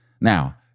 Now